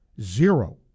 Zero